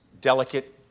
delicate